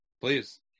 Please